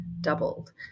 doubled